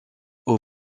aux